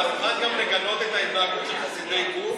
אתה מוכן לגנות את ההתנהגות של חסידי גור?